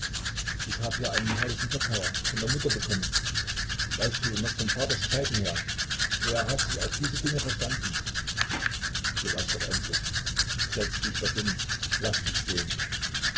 ich habe hier einen herrlichen tokayer von der mutter bekommen weißt du noch von vaters zeiten her er hat sich auf diese dinge verstanden so laß doch endlich setz dich doch hin laß dich sehen